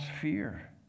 fear